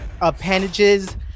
appendages